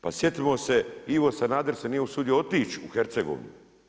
Pa sjetimo se Ivo Sanader se nije usudio otići u Hercegovinu.